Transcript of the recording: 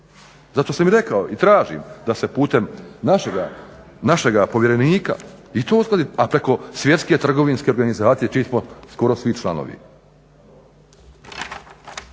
Zato sam i rekao i tražim da se putem našega povjerenika i to uskladi, a preko Svjetske trgovinske organizacije čiji smo skoro svi članovi.